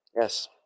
Yes